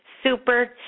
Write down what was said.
Super